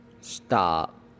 Stop